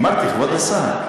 אמרתי, כבוד השר.